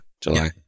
July